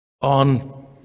on